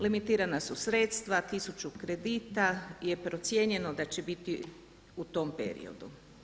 Limitirana su sredstva, 1000 kredita je procijenjeno da će biti u tom periodu.